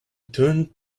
turned